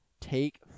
Take